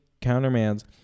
countermands